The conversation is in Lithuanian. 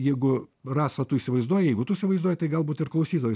jeigu rasa tu įsivaizduoji jeigu tu įsivaizduoji tai galbūt ir klausytojas